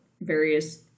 various